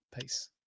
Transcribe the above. Peace